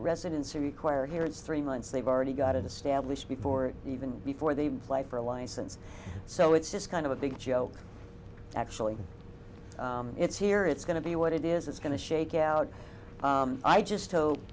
residency required here is three months they've already got it established before even before they even fly for a license so it's just kind of a big joke actually it's here it's going to be what it is it's going to shake out i just hope